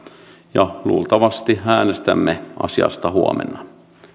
ja luultavasti äänestämme asiasta huomenna